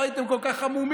לא הייתם כל כך המומים.